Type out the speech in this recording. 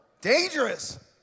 Dangerous